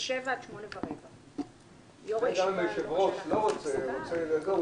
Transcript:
מ-19:00 עד 20:15. וגם אם היושב-ראש רוצה לזה,